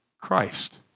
Christ